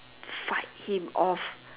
fight him off